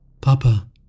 Papa